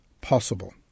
possible